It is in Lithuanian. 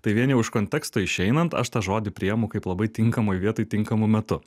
tai vien jau iš konteksto išeinant aš tą žodį priimu kaip labai tinkamoj vietoj tinkamu metu